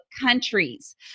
countries